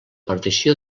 partició